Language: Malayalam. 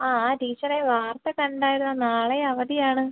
ആ ടീച്ചറെ വാർത്ത കണ്ടായിരുന്നു നാളെയും അവധിയാണ്